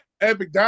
epic